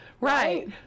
Right